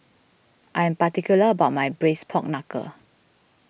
I am particular about my Braised Pork Knuckle